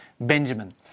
Benjamin